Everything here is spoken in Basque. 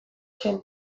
zen